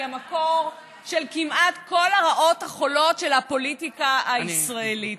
היא המקור של כמעט כל הרעות החולות של הפוליטיקה הישראלית.